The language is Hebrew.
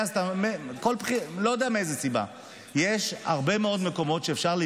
אנחנו צריכים להבהיר לכל אזרח במדינת ישראל שבגיל 18 הוא חייב